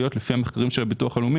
לפי המחקרים של הביטוח הלאומי,